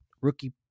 rookie